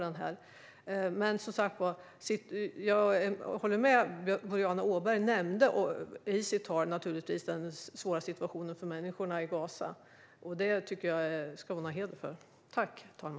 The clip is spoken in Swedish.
Jag håller med om det som Boriana Åberg nämnde i sitt tal när det gäller den svåra situationen för människorna i Gaza. Detta tycker jag att hon ska ha heder av.